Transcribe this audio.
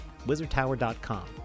wizardtower.com